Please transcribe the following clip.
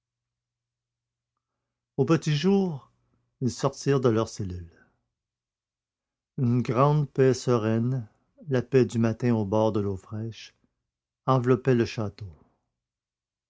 au petit jour ils sortirent de leur cellule une grande paix sereine la paix du matin au bord de l'eau fraîche enveloppait le château